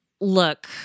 look